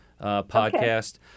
podcast